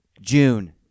June